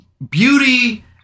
beauty